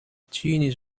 genies